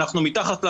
אנחנו מתחת לאלונקה,